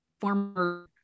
former